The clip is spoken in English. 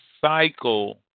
cycle